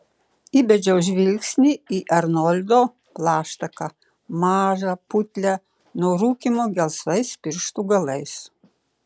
įbedžiau žvilgsnį į arnoldo plaštaką mažą putlią nuo rūkymo gelsvais pirštų galais